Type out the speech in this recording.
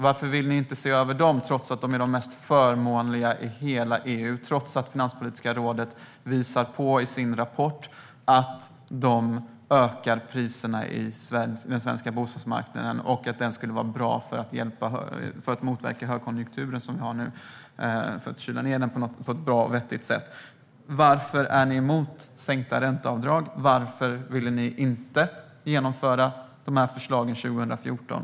Varför vill ni inte se över ränteavdragen, trots att de är de mest förmånliga i hela EU och trots att Finanspolitiska rådet i sin rapport visar på att ränteavdragen ökar priserna på den svenska bostadsmarknaden och att det här skulle vara bra för att motverka den högkonjunktur som vi har nu och kyla ned den på ett bra och vettigt sätt? Varför är ni emot sänkta ränteavdrag? Varför ville ni inte genomföra de här förslagen 2014?